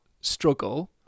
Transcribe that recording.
struggle